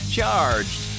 Charged